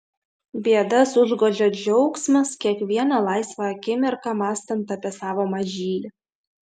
bėdas užgožia džiaugsmas kiekvieną laisvą akimirką mąstant apie savo mažylį